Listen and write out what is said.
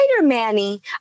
Manny